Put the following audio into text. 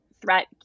Threat